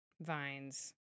vines